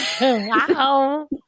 Wow